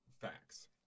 facts